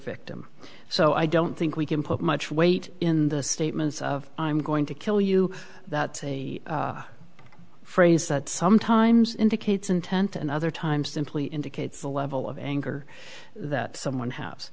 victim so i don't think we can put much weight in the statements of i'm going to kill you that's a phrase that sometimes indicates intent and other times simply indicates a level of anger that someone house